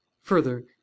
Further